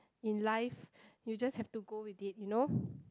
in life you just have to go with it you know